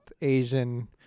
Asian